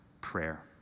prayer